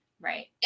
Right